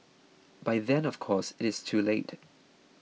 by then of course it is too late